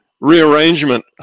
rearrangement